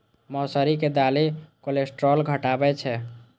मौसरी के दालि कोलेस्ट्रॉल घटाबै छै